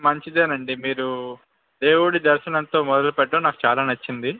మంచిదేను అండి మీరు దేవుడి దర్శనంతో మొదలు పెట్టడం నాకు చాలా నచ్చింది